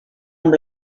amb